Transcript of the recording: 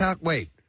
wait